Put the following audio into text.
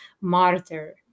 martyr